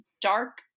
dark